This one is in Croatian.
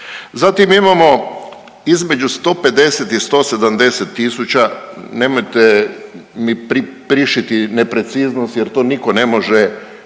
Zatim imamo između 150 i 170 000, nemojte mi prišiti nepreciznost jer to nitko ne može